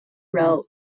role